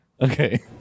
Okay